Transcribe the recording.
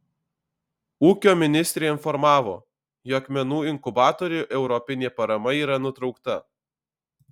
ūkio ministrė informavo jog menų inkubatoriui europinė parama yra nutraukta